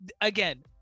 again